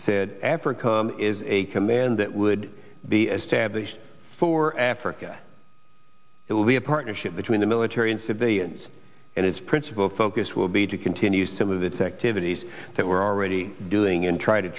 said africa is a command that would be established for africa it will be a partnership between the military and civilians and its principal focus will be to continues to move its activities that we're already doing in try